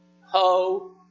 Ho